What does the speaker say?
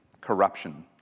corruption